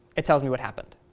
it tells me what happened.